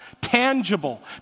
Tangible